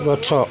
ଗଛ